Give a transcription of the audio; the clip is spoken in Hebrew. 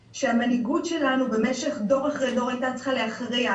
למעשה זה מה שאתה אומר לו.